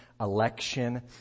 election